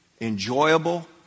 enjoyable